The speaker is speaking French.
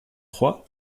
trois